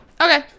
okay